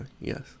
Yes